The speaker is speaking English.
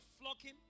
flocking